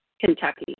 Kentucky